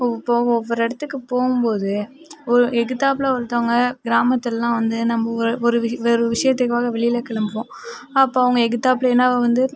இப்போ ஒவ்வொரு இடத்துக்கு போகும்போது ஒரு எதுத்தாப்ல ஒருத்தவங்க கிராமத்துலலாம் வந்து நம்ம ஒரு ஒரு விஷயத்துக்காக வந்து வெளியில் கிளம்புவோம் அப்போது அவங்க எதுத்தாப்ல என்னவோ வந்து